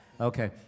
okay